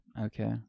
Okay